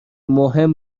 مهم